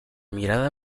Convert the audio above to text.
mirada